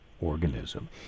organism